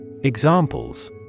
Examples